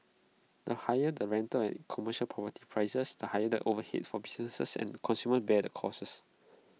the higher the rentals and commercial property prices the higher the overheads for businesses and consumers bear the costs